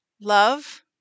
love